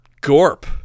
gorp